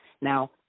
Now